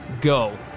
go